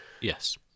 Yes